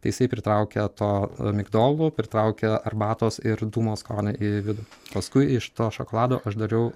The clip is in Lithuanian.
tai jisai pritraukia to migdolų pritraukia arbatos ir dūmo skonį į vidų paskui iš to šokolado aš dariau